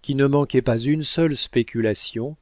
qui ne manquait pas une seule spéculation